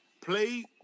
play